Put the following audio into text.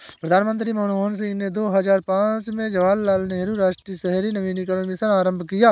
प्रधानमंत्री मनमोहन सिंह ने दो हजार पांच में जवाहरलाल नेहरू राष्ट्रीय शहरी नवीकरण मिशन आरंभ किया